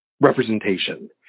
representation